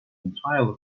entirely